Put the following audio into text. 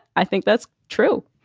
i think that's true.